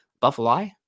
Buffalo